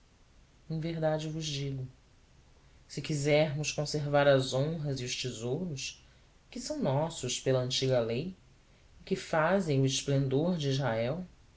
em verdade vos digo se quisermos conservar as e os tesouros que são nossos pela antiga lei e que fazem o esplendor de israel